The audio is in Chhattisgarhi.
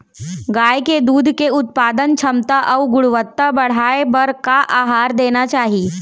गाय के दूध के उत्पादन क्षमता अऊ गुणवत्ता बढ़ाये बर का आहार देना चाही?